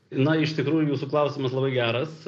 na iš tikrųjų jūsų klausimas labai geras